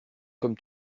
comme